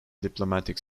diplomatic